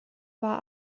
war